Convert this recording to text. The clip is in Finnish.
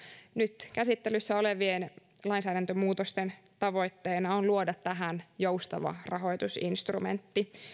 nyt käsittelyssä olevien lainsäädäntömuutosten tavoitteena on luoda tähän joustava rahoitusinstrumentti